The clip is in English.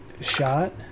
shot